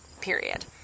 period